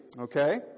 Okay